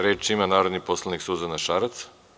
Reč ima narodni poslanik Suzana Šarac.